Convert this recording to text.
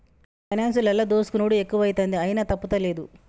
పైనాన్సులల్ల దోసుకునుడు ఎక్కువైతంది, అయినా తప్పుతలేదు